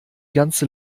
ganze